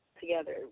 together